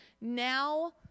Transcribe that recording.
now